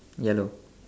yellow